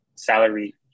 salary